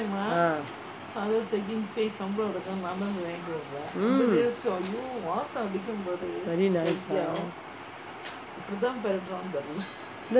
mm very nice ah